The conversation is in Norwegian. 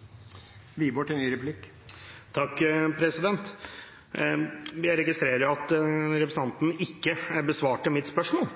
Jeg registrerer at representanten ikke besvarte mitt spørsmål,